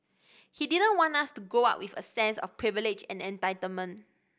he didn't want us to grow up with a sense of privilege and entitlement